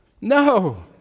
No